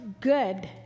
good